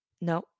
No